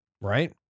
Right